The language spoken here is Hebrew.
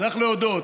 צריך להודות.